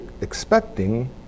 expecting